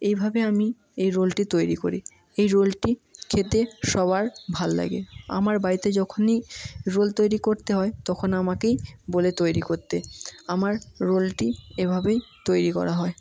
এইভাবে আমি এই রোলটি তৈরি করি এই রোলটি খেতে সবার ভাল লাগে আমার বাড়িতে যখনই রোল তৈরি করতে হয় তখন আমাকেই বলে তৈরি করতে আমার রোলটি এভাবেই তৈরি করা হয়